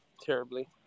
terribly